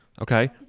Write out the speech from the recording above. Okay